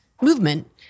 movement